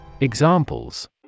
Examples